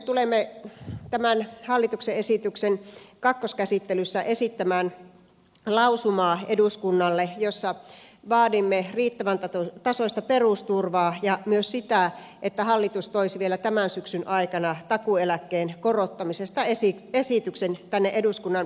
tulemme tämän hallituksen esityksen kakkoskäsittelyssä esittämään eduskunnalle lausumaa jossa vaadimme riittävän tasoista perusturvaa ja myös sitä että hallitus toisi vielä tämän syksyn aikana takuueläkkeen korottamisesta esityksen tänne eduskunnan päätettäväksi